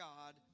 God